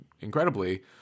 incredibly